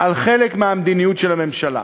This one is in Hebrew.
על חלק מהמדיניות של הממשלה.